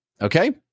Okay